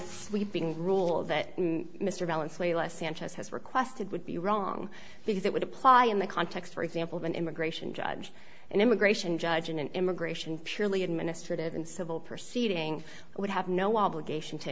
sweeping rule that mr beilin sleepless sanchez has requested would be wrong because it would apply in the context for example of an immigration judge an immigration judge an immigration purely administrative and civil proceeding would have no obligation to